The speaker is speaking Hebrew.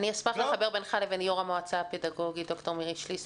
אני אשמח לחבר בינך לבין יו"ר המועצה הפדגוגית ד"ר מירי שליס,